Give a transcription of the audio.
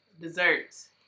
desserts